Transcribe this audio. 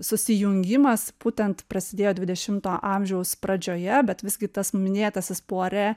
susijungimas būtent prasidėjo dvidešimto amžiaus pradžioje bet visgi tas minėtasis pore